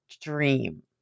dream